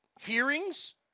hearings